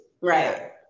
right